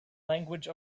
language